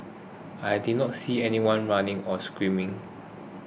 I didn't see anyone running or screaming